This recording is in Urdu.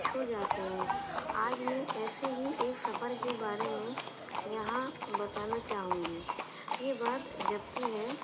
چھو جاتے ہیں آج میں ایسے ہی ایک سفر کے بارے میں یہاں بتانا چاہوں گی یہ بات جب کی ہے